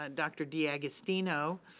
ah dr. d'agostino,